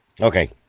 Okay